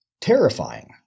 terrifying